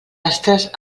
astres